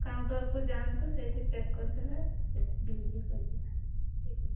କାଉଣ୍ଟର୍କୁ ଯାଆନ୍ତୁ ସେଇଠି ପେକ୍ କରିଦେବେ ସେଇଠି ବିଲ୍ ବି କରିଦେବେ ଠିକ୍ ଅଛି